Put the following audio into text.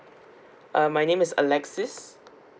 uh my name is alexis